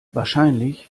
wahrscheinlich